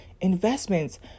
investments